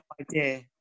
idea